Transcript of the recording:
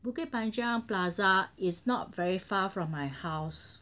bukit panjang plaza is not very far from my house